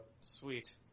Sweet